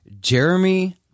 Jeremy